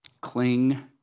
cling